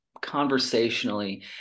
conversationally